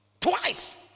twice